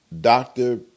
Doctor